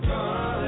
God